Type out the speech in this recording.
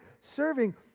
serving